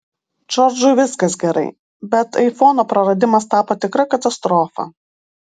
džordžui viskas gerai bet aifono praradimas tapo tikra katastrofa